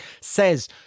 says